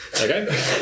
Okay